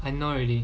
I know already